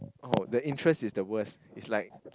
oh the interest is the worst is like